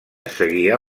seguia